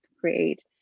create